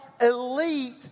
elite